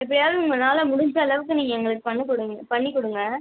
எப்படியாவது உங்கனால் முடிஞ்ச அளவுக்கு நீங்கள் எங்களுக்கு பண்ண கொடுங்கள் பண்ணிக்கொடுங்க